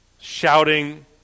shouting